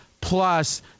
plus